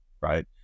right